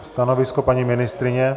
Stanovisko paní ministryně?